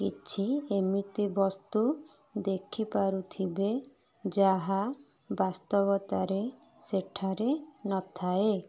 କିଛି ଏମିତି ବସ୍ତୁ ଦେଖିପାରୁଥିବେ ଯାହା ବାସ୍ତବତାରେ ସେଠାରେ ନଥାଏ